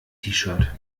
shirt